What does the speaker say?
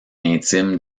intimes